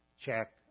check